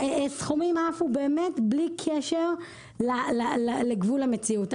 סכומים עפו באמת בלי קשר לגבול המציאות.